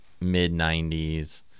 mid-90s